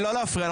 לא להפריע.